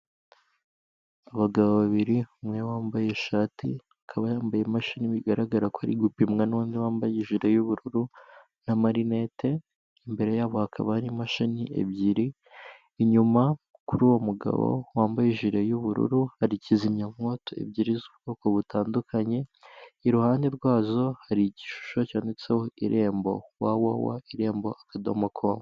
Abagabo babiri umwe wambaye ishati ikaba yambaye imashini bigaragara ko ari gupimwa nundi wambaye ijire y'ubururu n'amarinete imbere yabo hakaba hari imashini ebyiri inyuma kuri uwo mugabo wambaye ijire y'ubururu hari kizimyamwoto ebyiri z'ubwoko butandukanye, iruhande rwazo hari igishusho cyanditseho irembo www irembo akadomo komu.